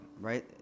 right